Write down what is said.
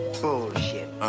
bullshit